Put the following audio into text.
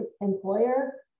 employer